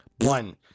One